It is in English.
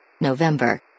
November